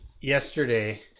yesterday